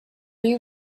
you